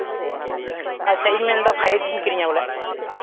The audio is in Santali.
ᱟᱪᱪᱷᱟ ᱤᱧ ᱢᱮᱱ ᱮᱫᱟ ᱯᱷᱟᱭᱤᱵᱷ ᱡᱤᱧ ᱠᱤᱨᱤᱧᱟ ᱵᱚᱞᱮ